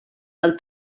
del